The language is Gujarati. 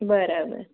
બરાબર